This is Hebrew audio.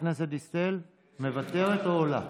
דיסטל, מוותרת או עולה?